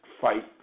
fight